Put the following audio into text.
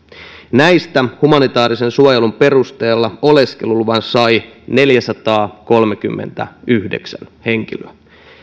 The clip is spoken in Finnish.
näistä humanitaarisen suojelun perusteella oleskeluluvan sai neljäsataakolmekymmentäyhdeksän henkilöä